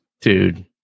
Dude